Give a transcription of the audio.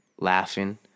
laughing